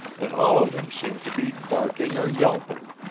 and all of them seemed to be barking or yelping.